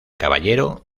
caballero